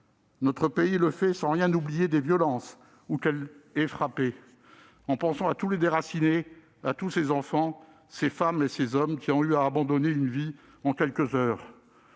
Notre pays suit ce chemin sans rien oublier des violences, où qu'elles aient frappé ; en pensant à tous les déracinés, à tous ces enfants, ces femmes et ces hommes qui ont dû abandonner une vie entière en quelques heures